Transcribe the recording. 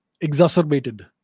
exacerbated